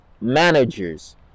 managers